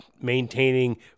maintaining